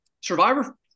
Survivor